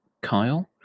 Kyle